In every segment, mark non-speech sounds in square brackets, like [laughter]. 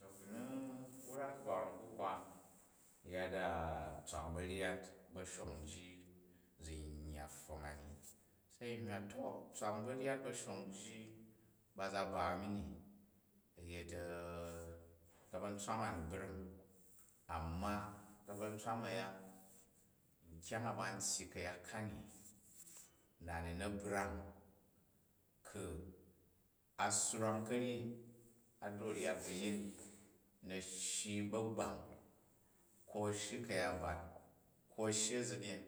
To ku n ni wrak kaba huhwa nzuk yaddu tswa ba̱ryat ba̱shon ji, zi yya pfong ani, se n hywa to tswan ba̱nyat ba̱shon ji ba za ba mi ni u̱ yet [hesitation] ka̱ba̱ntswan, a ni bra̱ng, amma ka̱ba̱ntswan a̱ya, nkyang a ba u tyyi ka̱yat kani, na ni na̱ brang ku̱ a swrang kanji, a drok u̱ rgot bu a̱yin na̱ shyi ba̱gbang, ko a̱ shyi ka̱yat bat, ko a̱ shyi a̱uryen,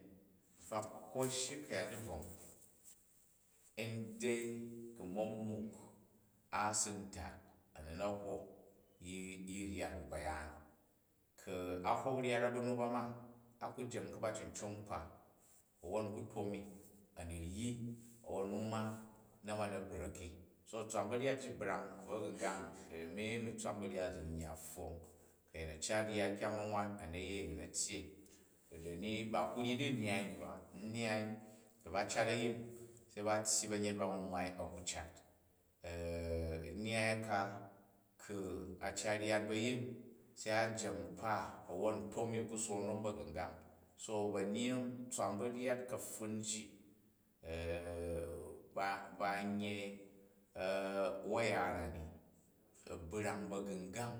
infact, ko a̱ shyi kayat divong ida̱i ku̱ mbangwwuk a si u tat, a̱ ni na̱ hok, yi ryat bu ta̱yaam. Ku̱ a hok ryat a ba̱m ba ma, a ku jem ka̱bucicong kpa wwon u̱ ku tom i, ani ryi a̱wwon nu ma, na̱ ma̱ bra̱k. So tswan ba̱ryat ji brang ba̱gu̱ngang, a̱mi, ami tswam ba̱ryat ji zi n yya pfong. Ku̱ a̱nyin a̱ cut ryat kyang ba̱ nwan, a̱ na̱ yei, a̱ nu̱ tyyei. To dani ba ku ryi di nyyai ni ba nyyai ku ba cat ayin se ba tyyi ba̱nyet ba nwwai a̱ku cat [hesitation] nnyyai ka ku̱ a cat ryat bu a̱yin se a̱ jem kpa, a̱wwon u̱ tom. Ku sook nnom ba̱gu̱ngan, so benyying tswan ba̱nyat ka̱pfun ji [hesitation] ba n yei [hesitation] wayn na ni a̱ brang ba̱gu̱ngang.